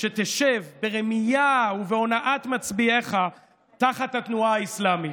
שתשב ברמייה ובהונאת מצביעיך תחת התנועה האסלאמית?